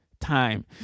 time